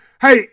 Hey